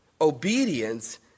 Obedience